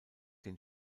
den